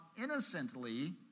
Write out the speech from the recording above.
innocently